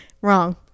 Wrong